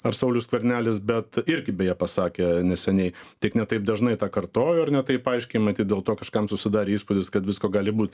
ar saulius skvernelis bet irgi beje pasakė neseniai tik ne taip dažnai tą kartojo ar ne taip aiškiai matyt dėl to kažkam susidarė įspūdis kad visko gali būt